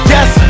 Yes